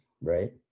Right